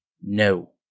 no